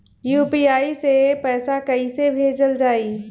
UPI से पैसा कइसे भेजल जाई?